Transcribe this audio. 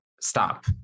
stop